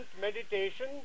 meditation